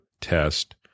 test